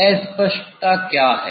अस्पष्टता क्या है